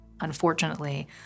Unfortunately